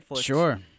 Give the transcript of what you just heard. Sure